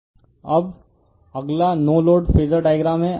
refer slide time 1707 अब अगला no load phasor diagram है